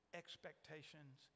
expectations